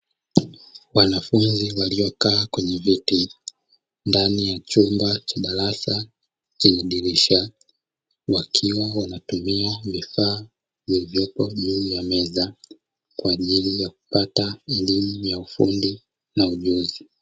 Wanafunzi waliokaa kwenye viti ndani ya chumba cha darasa chenye dirisha, wakiwa wanatumia vifaa vilivyoko juu ya meza kwa ajili ya kupata elimu ya ufundi na ujuzi.